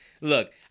Look